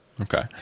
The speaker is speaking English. Okay